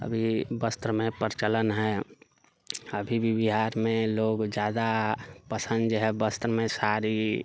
अभी वस्त्रमे प्रचलन है अभी भी बिहारमे लोग जादा पसन्द जे है वस्त्रमे साड़ी